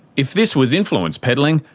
if this was influence peddling,